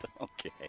Okay